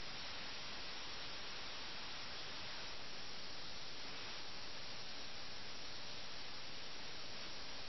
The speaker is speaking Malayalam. എല്ലാവരും ഒരു തരത്തിൽ അല്ലെങ്കിൽ മറ്റൊരു തരത്തിൽ അവർ ആസ്വദിക്കാൻ ആഗ്രഹിക്കുന്ന